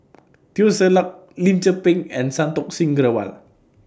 Teo Ser Luck Lim Tze Peng and Santokh Singh Grewal